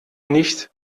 nicht